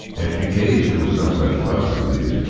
as she gazed, with some such thoughts as these,